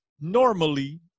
normally